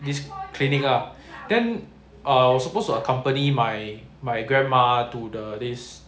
this cleaning up then uh I supposed to accompany my my grandma to the this